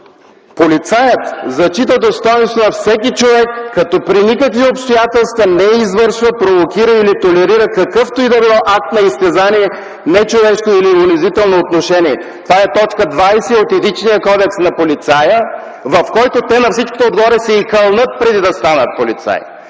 „Полицаят зачита достойнството на всеки човек, като при никакви обстоятелства не извършва, провокира или толерира какъвто и да било акт на изтезание, нечовешко или унизително отношение.” Това е точка 20 от Етичния кодекс на полицая, в който те на всичкото отгоре се и кълнат преди да станат полицаи.